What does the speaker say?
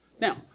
Now